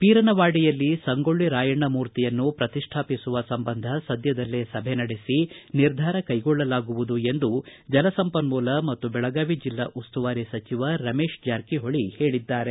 ಪೀರನವಾಡಿಯಲ್ಲಿ ಸಂಗೊಳ್ಳ ರಾಯಣ್ಣ ಮೂರ್ತಿಯನ್ನು ಪ್ರತಿಷ್ಠಾಪಿಸುವ ಸಂಬಂಧ ಸದ್ಯದಲ್ಲೇ ಸಭೆ ನಡೆಸಿ ನಿರ್ಧಾರ ಕೈಗೊಳ್ಳಲಾಗುವುದು ಎಂದು ಜಲಸಂಪನ್ಮೂಲ ಮತ್ತು ಬೆಳಗಾವಿ ಜಿಲ್ಲಾ ಉಸ್ತುವಾರಿ ಸಚಿವ ರಮೇಶ್ ಜಾರಕಿಹೊಳ ಹೇಳಿದ್ದಾರೆ